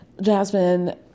Jasmine